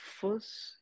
first